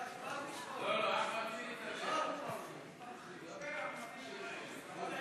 דבר, אחמד טיבי.